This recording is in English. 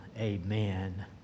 amen